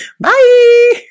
Bye